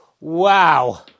Wow